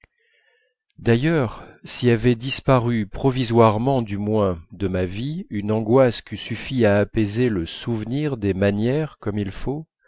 d'ailleurs si avait disparu provisoirement du moins de ma vie une angoisse qu'eût suffi à apaiser le souvenir des manières comme il faut